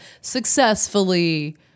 successfully